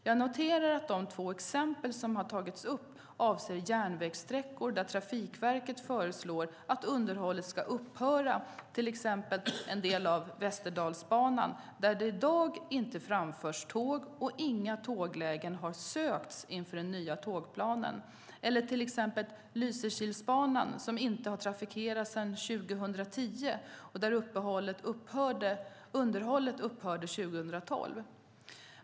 Jag noterar att de två exempel som har tagits upp avser järnvägssträckor där Trafikverket föreslår att underhållet ska upphöra, till exempel en del av Västerdalsbanan där det i dag inte framförs tåg och inga tåglägen har sökts inför den nya tågplanen eller till exempel Lysekilsbanan som inte har trafikerats sedan 2010 och där underhållet upphörde 2012.